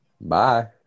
Bye